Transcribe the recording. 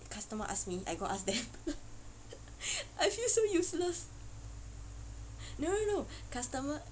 customer ask me I go ask them I feel so useless no no no customer